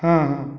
हाँ